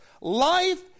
Life